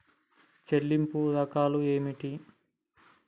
చెల్లింపు రకాలు ఏమిటి?